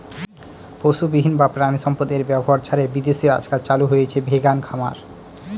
পশুবিহীন বা প্রানীসম্পদ এর ব্যবহার ছাড়াই বিদেশে আজকাল চালু হয়েছে ভেগান খামার